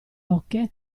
oche